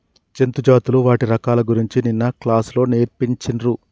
జంతు జాతులు వాటి రకాల గురించి నిన్న క్లాస్ లో నేర్పిచిన్రు